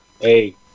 Hey